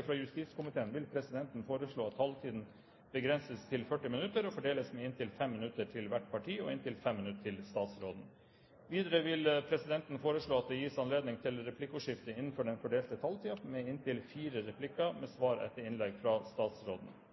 fra justiskomiteen vil presidenten foreslå at taletiden begrenses til 40 minutter og fordeles med inntil 5 minutter til hvert parti og inntil 5 minutter til statsråden. Videre vil presidenten foreslå at det gis anledning til replikkordskifte på inntil fire replikker med svar etter innlegget fra statsråden innenfor den fordelte